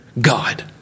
God